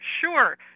sure